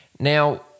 Now